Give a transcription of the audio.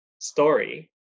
Story